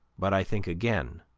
but i think again,